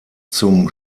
zum